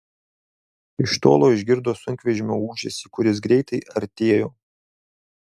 iš tolo išgirdo sunkvežimio ūžesį kuris greitai artėjo